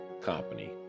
company